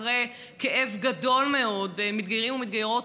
אחרי כאב גדול מאוד של מתגיירים ומתגיירות